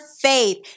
faith